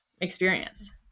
experience